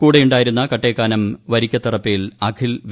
കൂടെയുണ്ടായിരുന്ന കട്ടേക്കാനം വരിക്കുത്ത്റപ്പേൽ അഖിൽ വി